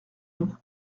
nous